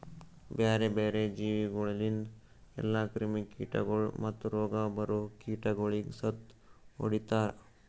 ಬ್ಯಾರೆ ಬ್ಯಾರೆ ಜೀವಿಗೊಳಿಂದ್ ಎಲ್ಲಾ ಕ್ರಿಮಿ ಕೀಟಗೊಳ್ ಮತ್ತ್ ರೋಗ ಬರೋ ಕೀಟಗೊಳಿಗ್ ಸತ್ತು ಹೊಡಿತಾರ್